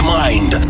mind